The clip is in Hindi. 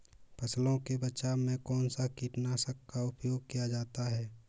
फसलों के बचाव में कौनसा कीटनाशक का उपयोग किया जाता है?